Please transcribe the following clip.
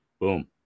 boom